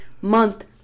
month